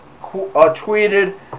tweeted